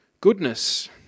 Goodness